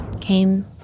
came